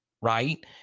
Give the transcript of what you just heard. right